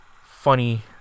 funny